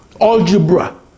algebra